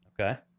Okay